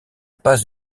pas